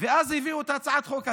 ואז הביאו את הצעת החוק הזאת,